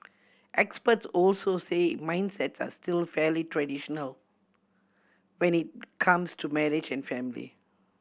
experts also say mindsets are still fairly traditional when it comes to marriage and family